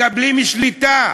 מקבלים שליטה,